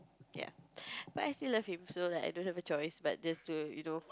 ya but I still love him so like I don't have a choice but just to you know